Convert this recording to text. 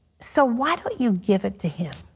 so why don't you give it to him?